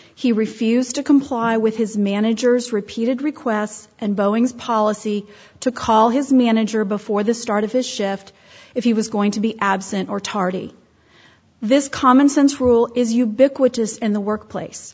he refused to comply with his manager's repeated requests and bowings policy to call his manager before the start of his shift if he was going to be absent or tardy this common sense rule is ubiquitous in the workplace